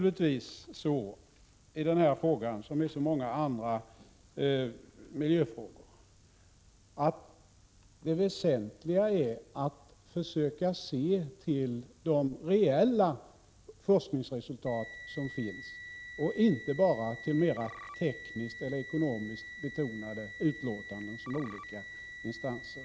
I denna fråga som i så många andra miljöfrågor borde det väsentliga vara att försöka se till de reella forskningsresultat som finns och inte bara till mera tekniskt eller ekonomiskt betonade utlåtanden som görs av olika instanser.